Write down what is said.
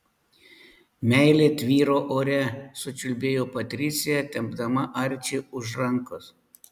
meilė tvyro ore sučiulbėjo patricija tempdama arčį už rankos